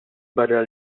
barra